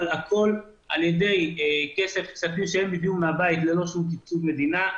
אבל הכול על-ידי כספים שהם הביאו מהבית ללא שום סבסוד מדינה.